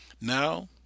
Now